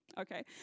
Okay